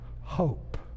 hope